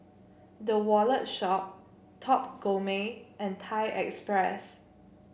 The Wallet Shop Top Gourmet and Thai Express